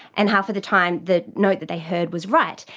and half of the time the note that they heard was right.